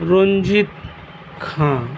Ranjit ᱠᱷᱟᱸ